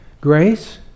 Grace